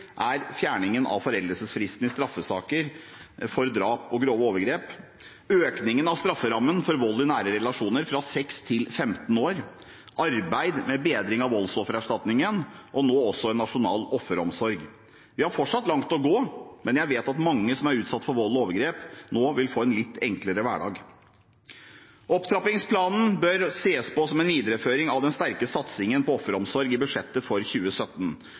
er fjerningen av foreldelsesfristen i straffesaker for drap og grove overgrep, økning av strafferammen for vold i nære relasjoner fra 6 til 15 år, arbeid med bedring av voldsoffererstatningen og nå også en nasjonal offeromsorg. Vi har fortsatt langt å gå, men jeg vet at mange som er utsatt for vold og overgrep, nå vil få en litt enklere hverdag. Opptrappingsplanen bør ses på som en videreføring av den sterke satsingen på offeromsorg i budsjettet for 2017.